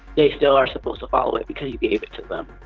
they still are supposed to follow it because you gave it to them.